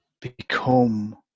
become